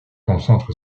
concentre